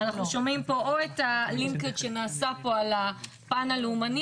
אנחנו שומעים פה או את הלינקג' שנעשה פה על הפן הלאומני,